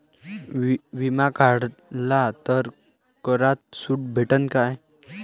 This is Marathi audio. बिमा काढला तर करात सूट भेटन काय?